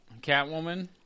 Catwoman